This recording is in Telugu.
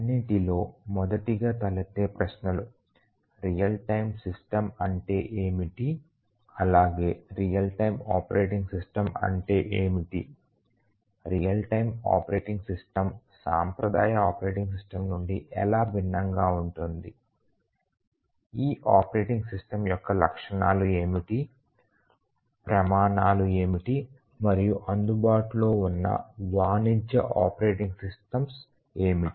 అన్నింటిలో మొదటగా తలెత్తే ప్రశ్నలు రియల్ టైమ్ సిస్టమ్ అంటే ఏమిటి అలాగే రియల్ టైమ్ ఆపరేటింగ్ సిస్టమ్ అంటే ఏమిటి రియల్ టైమ్ ఆపరేటింగ్ సిస్టమ్ సాంప్రదాయ ఆపరేటింగ్ సిస్టమ్ నుండి ఎలా భిన్నంగా ఉంటుంది ఈ ఆపరేటింగ్ సిస్టమ్ యొక్క లక్షణాలు ఏమిటి ప్రమాణాలు ఏమిటి మరియు అందుబాటులో ఉన్న వాణిజ్య ఆపరేటింగ్ సిస్టమ్స్ ఏమిటి